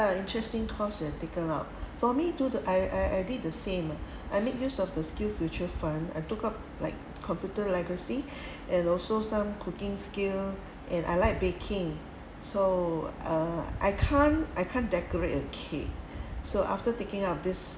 ya interesting course you have taken up for me do the I I I did the same ah I make use of the SkillFuture fund I took up like computer legacy and also some cooking skill and I like baking so uh I can't I can't decorate a cake so after taking up of this